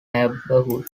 neighborhood